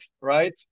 right